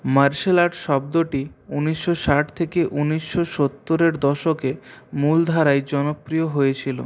martial art শব্দটি উনিশশো ষাট থেকে উনিশশো সত্তরের দশকে মূলধারায় জনপ্রিয় হয়েছিলো